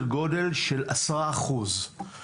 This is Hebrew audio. אם אזרחים ותיקים שכידוע לא הולכים להיות צעירים יותר כל שנה או